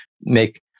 make